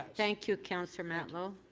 thank you, councillor matlow.